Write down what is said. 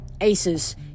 Aces